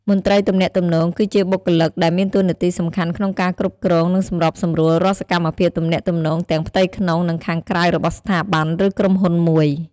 មន្ត្រីទំនាក់ទំនងគឺជាបុគ្គលិកដែលមានតួនាទីសំខាន់ក្នុងការគ្រប់គ្រង និងសម្របសម្រួលរាល់សកម្មភាពទំនាក់ទំនងទាំងផ្ទៃក្នុង និងខាងក្រៅរបស់ស្ថាប័ន ឬក្រុមហ៊ុនមួយ។